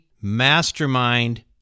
mastermind